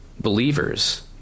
believers